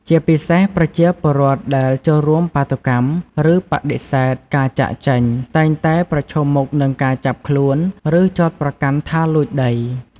ជាពិសេស ប្រជាពលរដ្ឋដែលចូលរួមបាតុកម្ម ឬបដិសេធការចាកចេញ តែងតែប្រឈមមុខនឹងការចាប់ខ្លួន ឬចោទប្រកាន់ថាលួចដី។